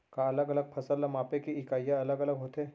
का अलग अलग फसल ला मापे के इकाइयां अलग अलग होथे?